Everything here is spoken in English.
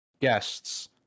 guests